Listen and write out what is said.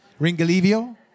Ringolivio